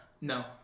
No